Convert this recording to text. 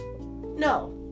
No